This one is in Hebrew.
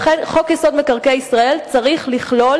לכן חוק-יסוד: מקרקעי ישראל צריך לכלול